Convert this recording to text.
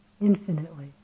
infinitely